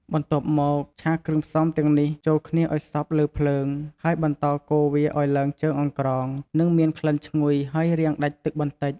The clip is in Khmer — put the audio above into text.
បន្ទាប់មក ឆាគ្រឿងផ្សំទាំងនេះចូលគ្នាឲ្យសព្វលើភ្លើង ហើយបន្តកូរវាអោយឡើងជើងអង្រ្គង និងមានក្លិនឆ្ងុយហើយរាងដាច់ទឹកបន្តិច។